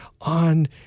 on